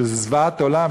שזאת זוועת עולם,